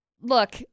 Look